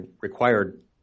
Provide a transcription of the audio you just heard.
required